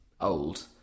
old